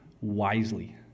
wisely